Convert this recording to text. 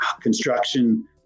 construction